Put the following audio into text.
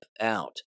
out